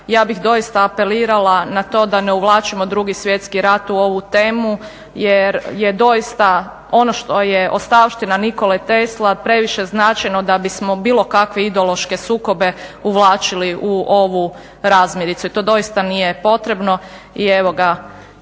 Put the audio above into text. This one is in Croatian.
ja bih doista apelirala na to da ne uvlačimo Drugi svjetski rat u ovu temu jer je doista ono što je ostavština Nikole Tesle previše značajno da bismo bilo kakve ideološke sukobe uvlačili u ovu razmiricu i to doista nije potrebno i